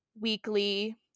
weekly